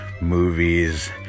movies